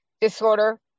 disorder